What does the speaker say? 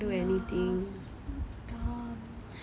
ya so dumb